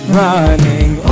running